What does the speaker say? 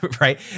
right